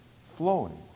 flowing